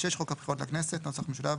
חוק הבחירות לכנסת (נוסח משולב),